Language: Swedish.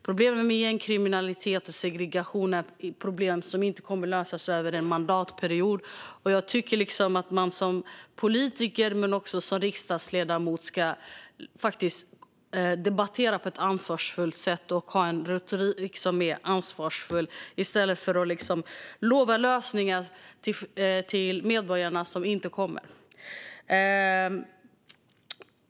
Problemen med gängkriminalitet och segregation är problem som inte kommer att lösas över en mandatperiod, och jag tycker att man som politiker och riksdagsledamot ska debattera på ett ansvarsfullt sätt och ha en retorik som är ansvarstagande i stället för att lova medborgarna lösningar som inte kommer.